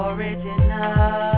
Original